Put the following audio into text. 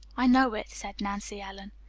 i know it, said nancy ellen.